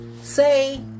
say